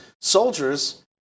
soldiers